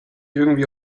irgendwie